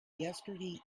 yesterday